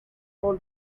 all